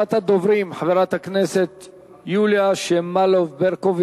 ראשונת הדוברים, חברת הכנסת יוליה שמאלוב-ברקוביץ.